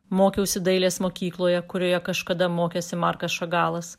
mokiausi dailės mokykloje kurioje kažkada mokėsi markas šagalas